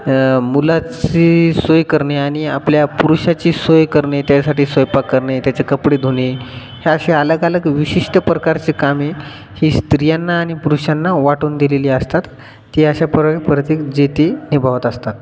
मुलाची सोय करणे आणि आपल्या पुरुषाची सोय करणे त्यासाठी स्वयंपाक करणे त्याचे कपडे धुणे ह्या अशा अलग अलग विशिष्ट प्रकारची कामे ही स्त्रियांना आणि पुरुषांना वाटून दिलेली असतात ती अशा परे प्रत्येक जे ती निभावत असतात